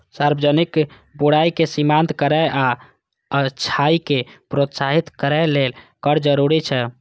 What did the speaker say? सार्वजनिक बुराइ कें सीमित करै आ अच्छाइ कें प्रोत्साहित करै लेल कर जरूरी छै